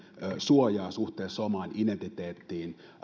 suojaa suhteessa omaan identiteettiin